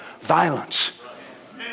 violence